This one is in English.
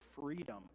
freedom